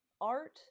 art